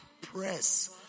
Press